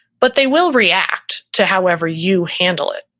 but they will react to however you handle it.